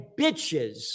bitches